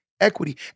equity